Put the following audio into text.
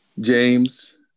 James